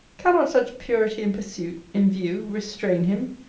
cannot such purity in pursuit, in view, restrain him?